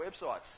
websites